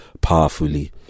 powerfully